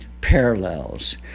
parallels